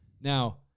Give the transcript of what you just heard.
Now